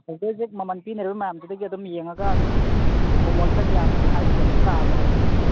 ꯍꯧꯖꯤꯛ ꯍꯧꯖꯤꯛ ꯃꯃꯟ ꯄꯤꯅꯔꯤꯕ ꯃꯌꯥꯝꯗꯨꯗꯒꯤ ꯑꯗꯨꯝ ꯌꯦꯡꯉꯒ ꯅꯈꯣꯏ ꯃꯣꯟ ꯈꯔ ꯌꯥꯝꯒꯅꯤ ꯍꯥꯏꯕꯒꯤ ꯑꯗꯨꯝ ꯇꯥꯖꯔꯕꯅꯦ